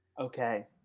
okay